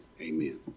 Amen